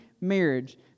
marriage